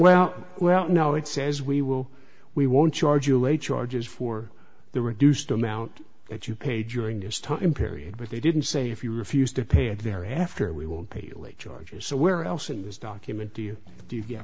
well well now it says we will we won't charge you a charges for the reduced amount that you paid during this time period but they didn't say if you refused to pay at their hafter we will pay you late charges somewhere else in this document do you do